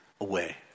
away